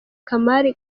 kamali